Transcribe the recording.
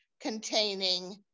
containing